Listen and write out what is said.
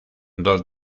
dos